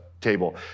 table